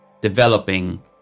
developing